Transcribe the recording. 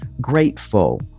grateful